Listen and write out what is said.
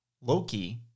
Loki